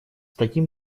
таким